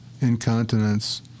incontinence